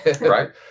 right